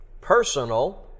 Personal